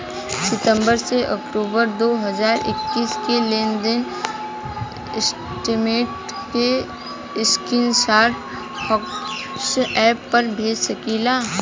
सितंबर से अक्टूबर दो हज़ार इक्कीस के लेनदेन स्टेटमेंट के स्क्रीनशाट व्हाट्सएप पर भेज सकीला?